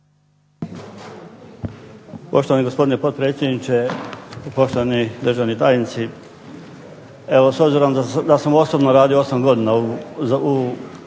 Poštovani gospodine potpredsjedniče, poštovani državni tajnici. Evo s obzirom da sam osobno radio 8 godina u Upravi